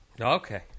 Okay